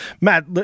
Matt